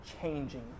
changing